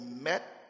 met